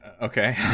Okay